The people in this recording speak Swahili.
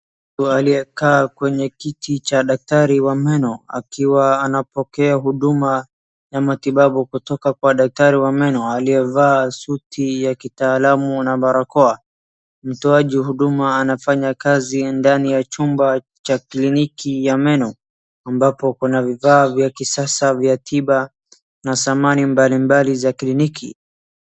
Mtu aliyekaa kwenye kiti cha daktari wa meno akiwa anapokea huduma ya matibabu kutoka kwa daktari wa meno aliyevaa suti ya kitaalamu na barakoa. Mtoaji huduma anafanya kazi ndani ya chumba cha kliniki ya meno ambapo kuna vifaa vya kisasa vya tiba na samani mbalimbali za kliniki.